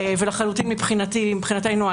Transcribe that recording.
מבחינתנו,